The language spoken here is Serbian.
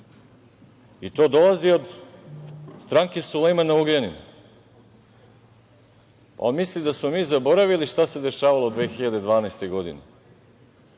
To dolazi od stranke Sulejmana Ugljanina. On misli da smo mi zaboravili šta se dešavalo 2012. godine.